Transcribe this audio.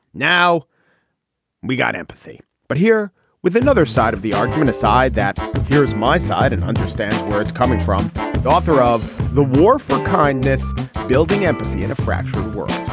now we got empathy but here with another side of the argument aside that here's my side and understand where it's coming from. the author of the war for kindness building empathy in a fractured world